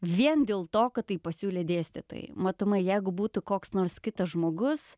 vien dėl to kad tai pasiūlė dėstytojai matomai jeigu būtų koks nors kitas žmogus